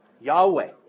Yahweh